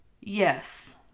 Yes